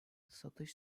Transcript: satış